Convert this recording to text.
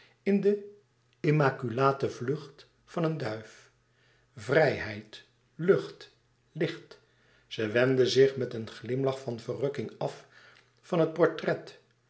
in de immaculate vlucht van een duif vrijheid lucht licht ze wendde zich met een glimlach van verrukking af van het portret